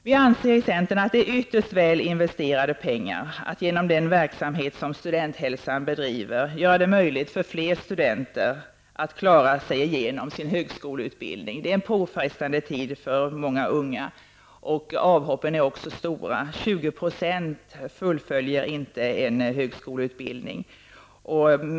Vi i centern anser att det är ytterst väl investerade pengar att genom den verksamhet som Studenthälsan bedriver göra det möjligt för fler studenter att klara sig igenom sin högskoleutbildning. Det är en påfrestande tid för många unga och avhoppen är också stora. 20 % fullföljer inte en högskoleutbildning.